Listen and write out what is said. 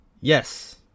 Yes